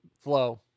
flow